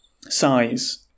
size